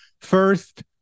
First